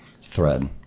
thread